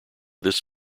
this